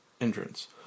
entrance